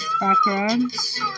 backgrounds